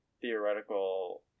theoretical